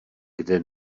kde